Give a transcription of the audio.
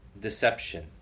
deception